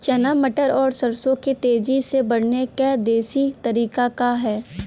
चना मटर और सरसों के तेजी से बढ़ने क देशी तरीका का ह?